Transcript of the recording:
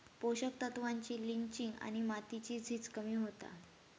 पोषक तत्त्वांची लिंचिंग आणि मातीची झीज कमी होता